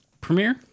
premiere